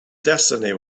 destiny